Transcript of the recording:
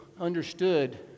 understood